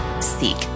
Seek